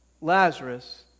Lazarus